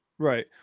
Right